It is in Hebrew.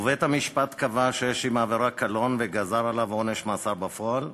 ובית-המשפט קבע שיש עם העבירה קלון וגזר עליו עונש מאסר בפועל,